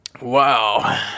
wow